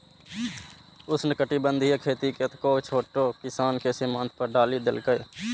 उष्णकटिबंधीय खेती कतेको छोट किसान कें सीमांत पर डालि देलकै